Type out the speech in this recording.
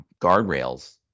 guardrails